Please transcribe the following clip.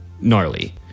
gnarly